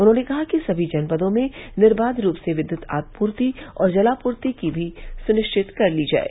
उन्होंने कहा कि सभी जनपदों में निर्वाघरूप से विद्युत आपूर्ति और जलापूर्ति भी सुनिश्चित कर ली जाये